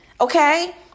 okay